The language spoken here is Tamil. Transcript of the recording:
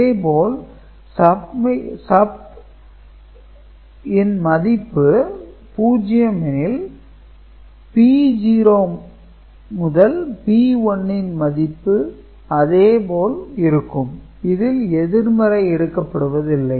இதேபோல் 'Submit' ன் மதிப்பு 0 எனில் B0 - B1 ன் மதிப்பு அதே போல் இருக்கும் இதில் எதிர்மறை எடுக்கப் படுவதில்லை